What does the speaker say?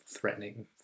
threatening